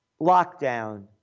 lockdown